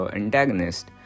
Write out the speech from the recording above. antagonist